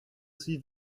see